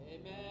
Amen